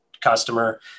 customer